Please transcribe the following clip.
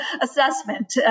assessment